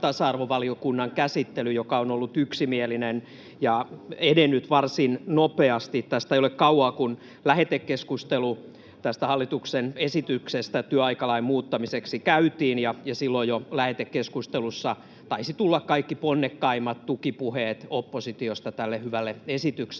ja tasa-arvovaliokunnan käsittely, joka on ollut yksimielinen ja edennyt varsin nopeasti. Tästä ei ole kauaa, kun lähetekeskustelu tästä hallituksen esityksestä työaikalain muuttamiseksi käytiin, ja jo silloin lähetekeskustelussa taisi tulla kaikki ponnekkaimmat tukipuheet oppositiosta tälle hyvälle esitykselle.